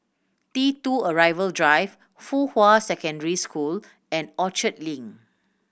T Two Arrival Drive Fuhua Secondary School and Orchard Link